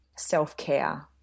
self-care